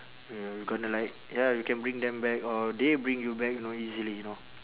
ya gonna like ya we can bring them back or they bring you back you know easily you know